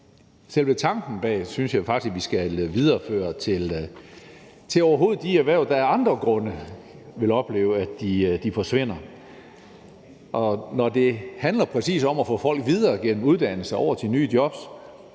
selve tanken bag synes jeg faktisk at vi også skal videreføre til de erhverv, der er andre grunde vil opleve, at de forsvinder. Når det præcis handler om at få folk videre gennem uddannelse og over til nye jobs,